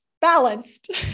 balanced